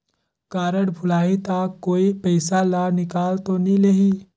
Card भुलाही ता कोई पईसा ला निकाल तो नि लेही?